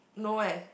no eh